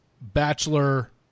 bachelor